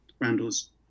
Randall's